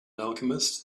alchemist